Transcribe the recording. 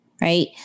Right